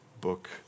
book